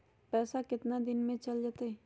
पैसा कितना दिन में चल जतई?